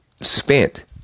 spent